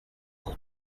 pour